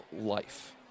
life